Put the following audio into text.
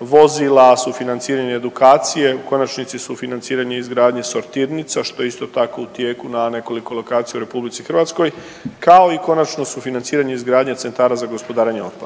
vozila, sufinanciranje edukacije u konačnici sufinanciranje i izgradnje sortirnica što isto tako u tijeku na nekoliko lokacija u RH kao i konačno sufinanciranje i izgradnje centara za gospodarenje otpadom.